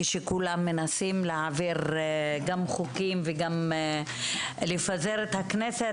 כשכולם מנסים להעביר חוקים ולפזר את הכנסת,